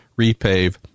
repave